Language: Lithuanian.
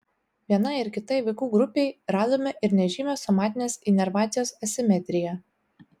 vienai ir kitai vaikų grupei radome ir nežymią somatinės inervacijos asimetriją